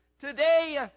today